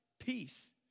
Peace